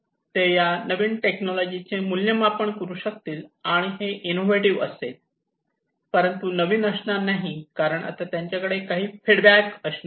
ते या नवीन टेक्नॉलॉजी चे मूल्यमापन करू शकतील आणि हे इनोव्हेटिव्ह असेल परंतु नवीन असणार नाही कारण आता त्यांच्याकडे काही फीडबॅक असणार आहे